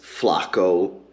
Flacco